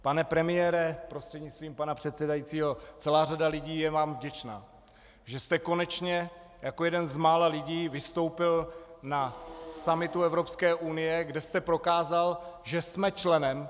Pane premiére prostřednictvím pana předsedajícího, celá řada lidí je vám vděčná, že jste konečně jako jeden z mála lidí vystoupil na summitu Evropské unie, kde jste prokázal, že jsme členem.